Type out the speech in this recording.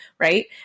right